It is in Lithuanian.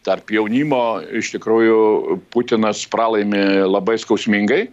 tarp jaunimo iš tikrųjų putinas pralaimi labai skausmingai